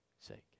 sake